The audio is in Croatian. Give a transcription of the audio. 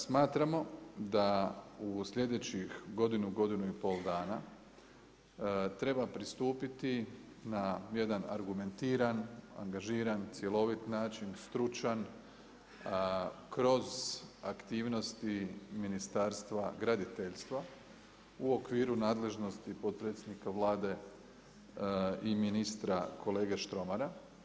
Smatramo da u sljedećih godinu, godinu i pol dana, treba pristupiti na jedan argumentiran, angažiran, cjeloviti način, stručan, kroz aktivnosti ministarstva graditeljstva u okviru nadležnosti potpredsjednika Vlade i ministra kolege Štromara.